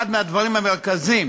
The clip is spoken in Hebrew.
אחד הדברים המרכזיים